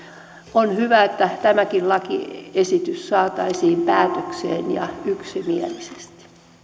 olisi hyvä että tämäkin lakiesitys saataisiin päätökseen ja yksimielisesti